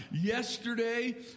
Yesterday